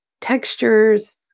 textures